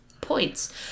points